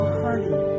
honey